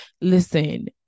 Listen